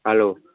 hello